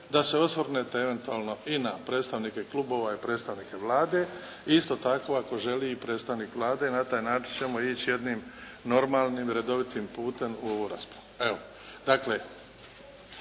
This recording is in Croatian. da se osvrnete eventualno i na predstavnike klubova i na predstavnike Vlade i isto tako ako želi i predstavnik Vlade. Na taj način ćemo ići jednim normalnim redovitim putem u ovu raspravu.